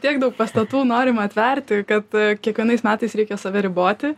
tiek daug pastatų norim atverti kad kiekvienais metais reikia save riboti